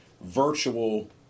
virtual